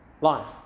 life